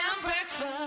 Breakfast